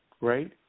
right